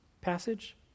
passage